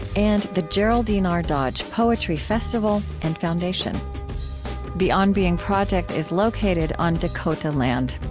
and the geraldine r. dodge poetry festival and foundation the on being project is located on dakota land.